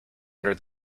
under